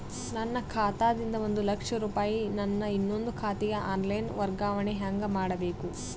ನನ್ನ ಖಾತಾ ದಿಂದ ಒಂದ ಲಕ್ಷ ರೂಪಾಯಿ ನನ್ನ ಇನ್ನೊಂದು ಖಾತೆಗೆ ಆನ್ ಲೈನ್ ವರ್ಗಾವಣೆ ಹೆಂಗ ಮಾಡಬೇಕು?